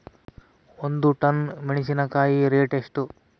ಒಂದು ಟನ್ ಮೆನೆಸಿನಕಾಯಿ ರೇಟ್ ಎಷ್ಟು?